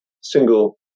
single